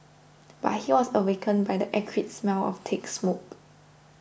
but he was awakened by the acrid smell of thick smoke